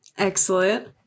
Excellent